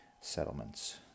settlements